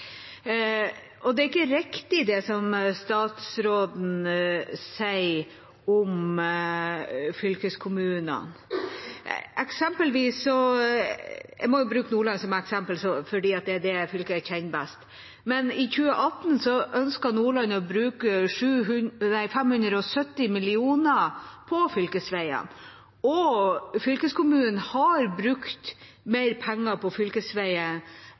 Og det er ikke riktig, det statsråden sier om fylkeskommunene. Eksempelvis – jeg må bruke Nordland som eksempel fordi det er det fylket jeg kjenner best: I 2018 ønsket Nordland å bruke 570 mill. kr på fylkesveiene, og fylkeskommunen har brukt mer penger på fylkesveier